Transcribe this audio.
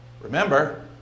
Remember